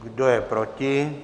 Kdo je proti?